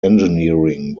engineering